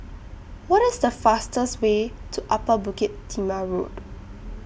What IS The fastest Way to Upper Bukit Timah Road